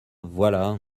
voilà